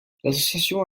l’association